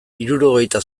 hirurogeita